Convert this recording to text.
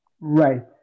Right